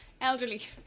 Elderly